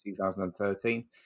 2013